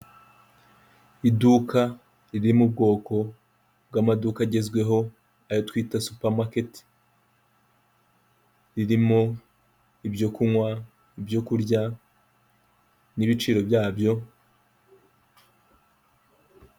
Iduka riri mu bwoko bw'amaduka agezweho ayo twita supamaketi. Ririmo ibyo kunywa, ibyo kurya n'ibiciro byabyo.